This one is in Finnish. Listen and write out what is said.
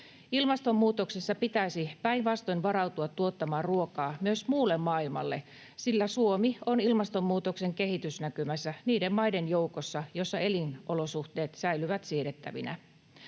Ilmastonmuutoksessa pitäisi päinvastoin varautua tuottamaan ruokaa myös muulle maailmalle, sillä Suomi on ilmastonmuutoksen kehitysnäkymässä niiden maiden joukossa, jossa elinolosuhteet säilyvät siedettävinä.